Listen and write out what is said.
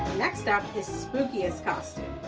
next step is spookiest costume.